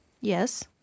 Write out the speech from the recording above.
Yes